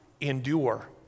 endure